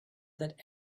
that